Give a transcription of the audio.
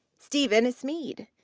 steven smead.